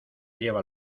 lleva